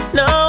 no